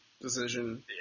decision